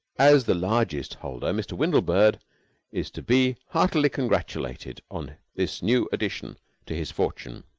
as the largest holder, mr. windlebird is to be heartily congratulated on this new addition to his fortune.